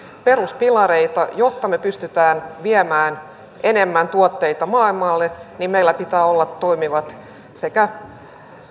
peruspilareita jotta me pystymme viemään enemmän tuotteita maailmalle meillä pitää olla toimivat sekä